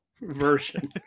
version